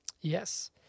Yes